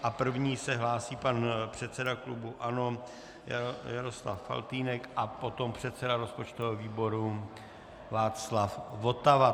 A první se hlásí pan předseda klubu ANO Jaroslav Faltýnek a potom předseda rozpočtového výboru Václav Votava.